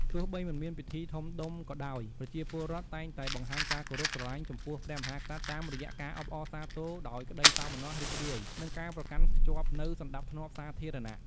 ទោះបីមិនមានពិធីធំដុំក៏ដោយ ប្រជាពលរដ្ឋតែងតែបង្ហាញការគោរពស្រឡាញ់ចំពោះព្រះមហាក្សត្រតាមរយៈការអបអរសាទរដោយក្តីសោមនស្សរីករាយ និងការប្រកាន់ខ្ជាប់នូវសណ្តាប់ធ្នាប់សាធារណៈ។